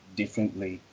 differently